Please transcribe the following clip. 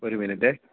ഒരു മിനിറ്റെ